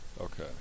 Okay